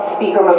Speaker